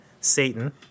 Satan